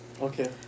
Okay